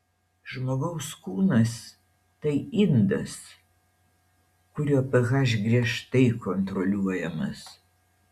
žmogaus kūnas tai indas kurio ph griežtai kontroliuojamas